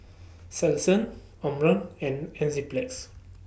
Selsun Omron and Enzyplex